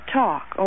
talk